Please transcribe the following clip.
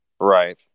Right